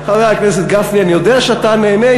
חבר הכנסת גפני, אני יודע שאתה נהנה.